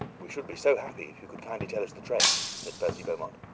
we should be so happy, if you would kindly tell us the train, said percy beaumont.